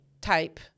type